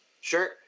Sure